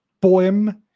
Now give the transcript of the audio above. Poem